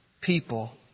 people